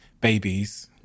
babies